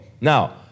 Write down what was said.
Now